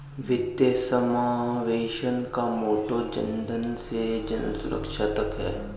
वित्तीय समावेशन का मोटो जनधन से जनसुरक्षा तक है